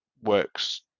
works